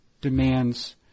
demands